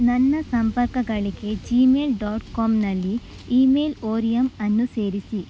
ನನ್ನ ಸಂಪರ್ಕಗಳಿಗೆ Gmail dot ಕಾಮ್ನಲ್ಲಿ ಇಮೇಲ್ ಓರಿಯಮ್ ಅನ್ನು ಸೇರಿಸಿ